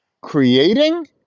creating